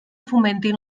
fomentin